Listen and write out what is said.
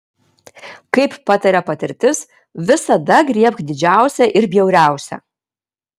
kaip pataria patirtis visada griebk didžiausią ir bjauriausią